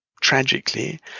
tragically